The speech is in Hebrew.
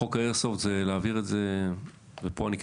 חוק ה"אייר סופט" זה,